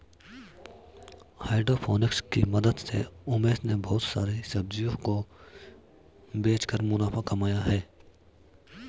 hydroponics की मदद से उमेश ने बहुत सारी सब्जियों को बेचकर मुनाफा कमाया है